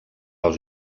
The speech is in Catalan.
als